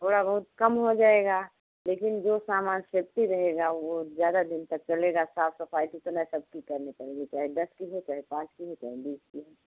थोड़ा बहुत कम हो जाएगा लेकिन जो सामान सेफ्टी रहेगा वह ज़्यादा दिन तक चलेगा साफ सफाई जितना सब चीज़ करनी पड़ेगी चाहे दस की हो चाहे पाँच की हो चाहे बीस की हो